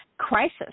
crisis